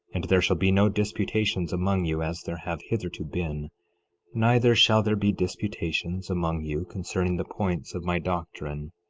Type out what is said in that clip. and there shall be no disputations among you, as there have hitherto been neither shall there be disputations among you concerning the points of my doctrine,